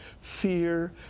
fear